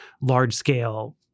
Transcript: large-scale